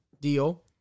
deal